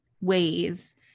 ways